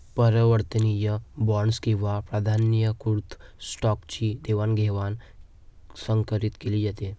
परिवर्तनीय बॉण्ड्स किंवा प्राधान्यकृत स्टॉकची देवाणघेवाण संकरीत केली जाते